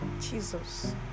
Jesus